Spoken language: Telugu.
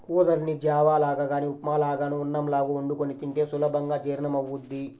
ఊదల్ని జావ లాగా గానీ ఉప్మా లాగానో అన్నంలాగో వండుకొని తింటే సులభంగా జీర్ణమవ్వుద్ది